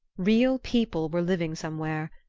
real people were living somewhere,